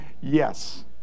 Yes